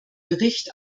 bericht